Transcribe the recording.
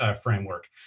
framework